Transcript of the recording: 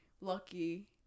lucky